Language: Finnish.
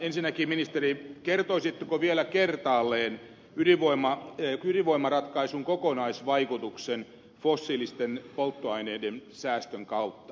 ensinnäkin ministeri kertoisitteko vielä kertaalleen ydinvoimaratkaisun kokonaisvaikutuksen fossiilisten polttoaineiden säästön kautta